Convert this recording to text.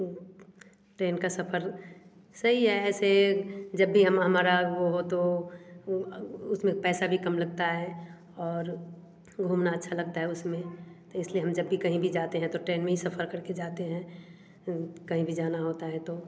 train का सफर सही हैं ऐसे जब भी हम हमारा वो हो तो उसमें पैसे भी काम लगता हैं और घूमना अच्छा लगता हैं तो इसलिए जब भी हम कहीं भी जाते हैं ट्रेन में सफर करके जाते कहीं भी जाना होता हैं तो